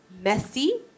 messy